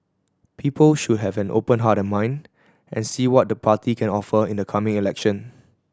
people should have an open heart and mind and see what the party can offer in the coming election